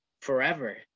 forever